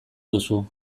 duzu